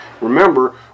Remember